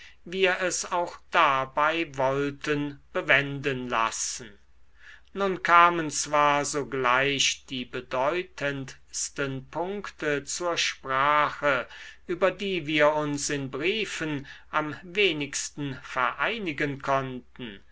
wir es auch dabei wollten bewenden lassen nun kamen zwar sogleich die bedeutendsten punkte zur sprache über die wir uns in briefen am wenigsten vereinigen konnten